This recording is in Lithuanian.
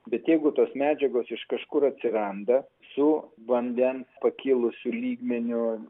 bet jeigu tos medžiagos iš kažkur atsiranda su vandens pakilusiu lygmeniu